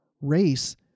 race